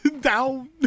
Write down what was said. Down